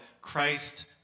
Christ